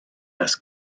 das